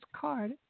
card